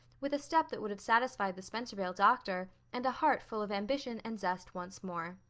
with a step that would have satisfied the spencervale doctor and a heart full of ambition and zest once more.